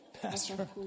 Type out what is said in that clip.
Pastor